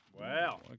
Wow